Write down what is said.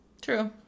True